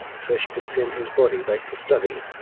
so she could send his body back for study.